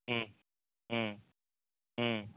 ம் ம் ம்